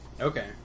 Okay